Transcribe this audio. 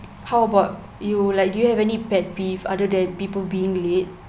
how about you like do you have any pet peeve other than people being late